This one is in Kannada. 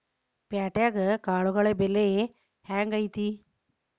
ಪ್ಯಾಟ್ಯಾಗ್ ಕಾಳುಗಳ ಬೆಲೆ ಹೆಂಗ್ ಐತಿ?